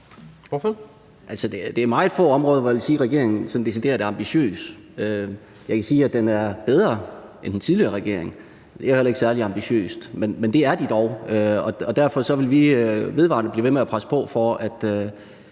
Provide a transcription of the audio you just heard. (EL): Der er meget få områder, hvor jeg vil sige at regeringen sådan decideret er ambitiøs. Jeg kan sige, at den er bedre end den tidligere regering. Det er jo heller ikke særlig ambitiøst, men det er den dog. Og derfor vil vi blive ved med at presse på for, at